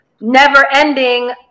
never-ending